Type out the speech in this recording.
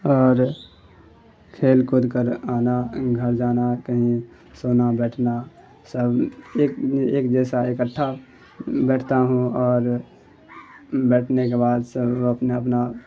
اور کھیل کود کر آنا گھر جانا کہیں سونا بیٹھنا سب ایک ایک جیسا اکٹھا بیٹھتا ہوں اور بیٹھنے کے بعد سب اپنا اپنا